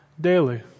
daily